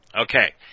Okay